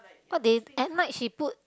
cause they at night she put